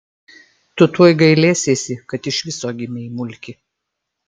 tu tuoj gailėsiesi kad iš viso gimei mulki